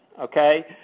okay